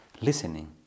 listening